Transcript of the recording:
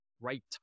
right